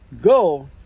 Go